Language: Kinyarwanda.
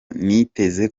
niteze